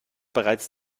bereits